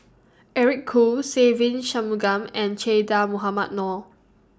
Eric Khoo Se Ve Shanmugam and Che Dah Mohamed Noor